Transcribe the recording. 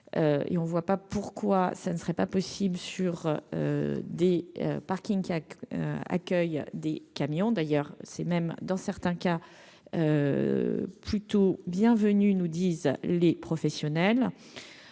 on ne voit pas pourquoi ça ne serait pas possible sur des parkings qui a accueil des camions, d'ailleurs c'est même dans certains cas. Plutôt venu nous disent les professionnels,